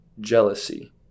jealousy